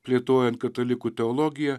plėtojant katalikų teologiją